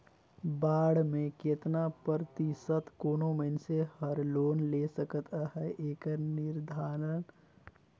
bond में केतना परतिसत कोनो मइनसे हर लोन ले सकत अहे एकर निरधारन केन्द्रीय बेंक हर समे समे उपर निरदेस जारी कइर के रखथे